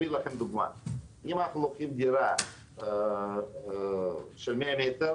אתן דוגמה, אם לוקחים דירה של 100 מטר